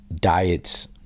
diets